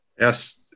yes